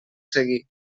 seguir